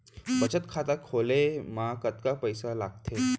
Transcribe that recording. बचत खाता खोले मा कतका पइसा लागथे?